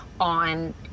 on